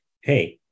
Hey